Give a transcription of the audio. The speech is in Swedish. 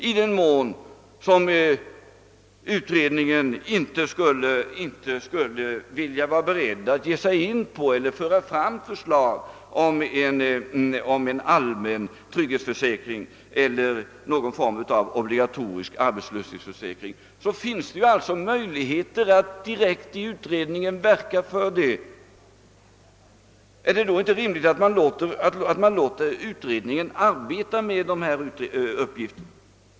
I den mån som utredningen inte skulle vara beredd att lägga fram förslag om en allmän trygghetsförsäkring eller någon form av obligatorisk arbetslöshetsförsäkring finns det alltså möjligheter att inom utredningen direkt verka för detta. är det då inte rimligt att man låter utredningen arbeta med dessa uppgifter?